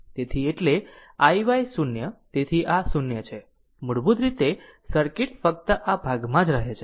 તેથી એટલે iy 0 તેથી આ 0 છે મૂળભૂત રીતે સર્કિટ ફક્ત આ ભાગમાં જ રહે છે